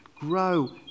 grow